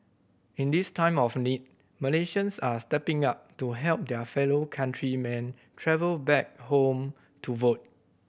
in this time of need Malaysians are stepping up to help their fellow countrymen travel back home to vote